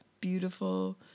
Beautiful